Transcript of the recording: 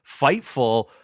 Fightful